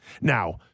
Now